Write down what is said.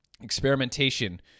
experimentation